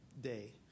Day